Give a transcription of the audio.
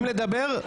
אתם רוצים לדבר?